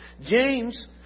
james